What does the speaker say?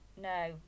No